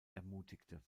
ermutigte